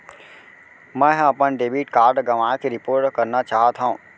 मै हा अपन डेबिट कार्ड गवाएं के रिपोर्ट करना चाहत हव